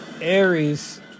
Aries